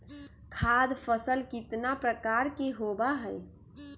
खाद्य फसल कितना प्रकार के होबा हई?